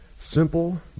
Simple